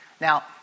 Now